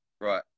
Right